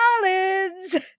Collins